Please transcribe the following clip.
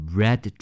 red